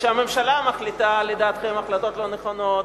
כשהממשלה מחליטה לדעתכם החלטות לא נכונות,